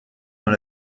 dans